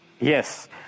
Yes